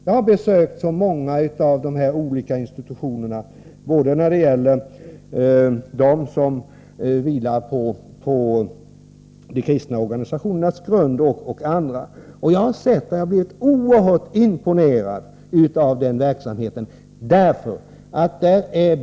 Jag har besökt många av de här olika institutionerna, både dem som vilar på de kristna organisationernas grund och andra, och jag har blivit oerhört imponerad av deras verksamhet.